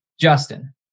Justin